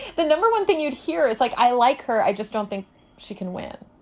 the number one thing you'd hear is like, i like her. i just don't think she can win.